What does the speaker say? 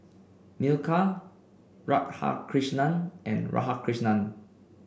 Milkha Radhakrishnan and Radhakrishnan